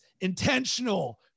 intentional